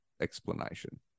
explanation